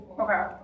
Okay